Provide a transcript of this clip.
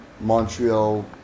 Montreal